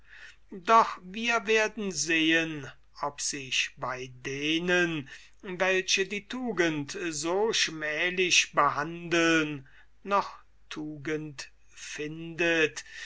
doch wir werden sehen ob sich bei denen welche die tugend so schmählich behandeln noch tugend findet